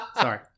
Sorry